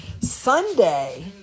Sunday